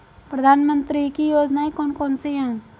प्रधानमंत्री की योजनाएं कौन कौन सी हैं?